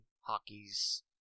hockey's